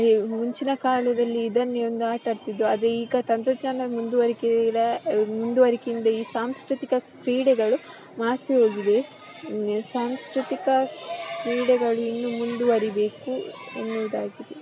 ಈ ಮುಂಚಿನ ಕಾಲದಲ್ಲಿ ಇದನ್ನೆ ಒಂದು ಆಟಾಡ್ತಿದ್ದು ಆದರೆ ಈಗ ತಂತ್ರಜ್ಞಾನ ಮುಂದುವರಿಕೆಯಿದ ಮುಂದುವರಿಕೆಯಿಂದ ಈ ಸಾಂಸ್ಕೃತಿಕ ಕ್ರೀಡೆಗಳು ಮಾಸಿ ಹೋಗಿದೆ ಸಾಂಸ್ಕೃತಿಕ ಕ್ರೀಡೆಗಳಿನ್ನು ಮುಂದುವರಿಬೇಕು ಎನ್ನುವುದಾಗಿದೆ